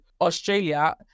Australia